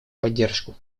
поддержку